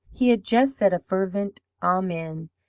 he had just said a fervent amen,